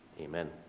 Amen